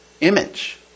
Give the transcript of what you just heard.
image